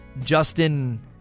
Justin